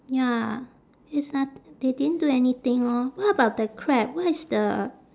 ya there's no~ they didn't do anything orh what about the crab what is the